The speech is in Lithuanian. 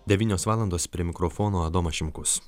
devynios valandos prie mikrofono adomas šimkus